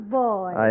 boy